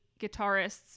guitarists